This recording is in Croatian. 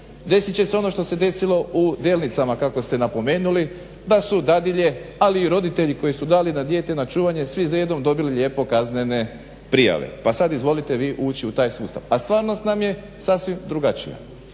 desit će se ono što se desilo u Delnicama kako ste napomenuli, da su dadilje ali i roditelji koji su dali dijete na čuvanje svi za jednog dobili lijepo kaznene prijave. Pa sad izvolite vi evo ući u taj sustav. A stvarnost nam je sasvim drugačija.